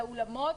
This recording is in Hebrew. לאולמות.